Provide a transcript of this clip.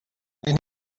and